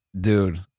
dude